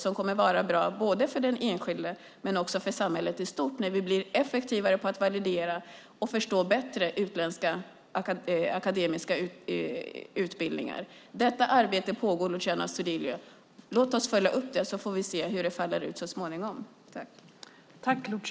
Det kommer att vara bra både för den enskilde och för samhället i stort när vi blir effektivare på att validera och bättre förstår de utländska akademiska utbildningarna. Detta arbete pågår, Luciano Astudillo. Låt oss följa upp det, så får vi se hur det så småningom faller ut.